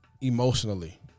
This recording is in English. emotionally